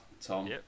Tom